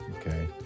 Okay